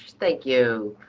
thank you.